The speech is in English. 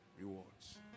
rewards